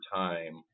time